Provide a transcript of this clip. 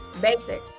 basic